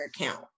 account